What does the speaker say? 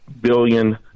billion